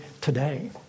today